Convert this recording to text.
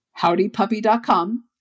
Howdypuppy.com